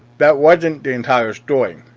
that wasn't the entire story.